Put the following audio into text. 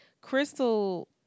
Crystal